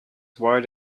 wide